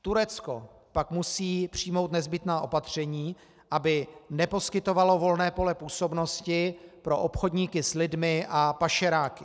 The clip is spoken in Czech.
Turecko pak musí přijmout nezbytná opatření, aby neposkytovalo volné pole působnosti pro obchodníky s lidmi a pašeráky.